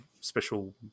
special